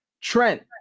Trent